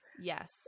Yes